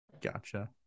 gotcha